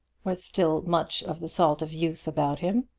with still much of the salt of youth about him,